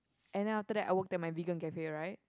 and then after that I worked at my vegan cafe right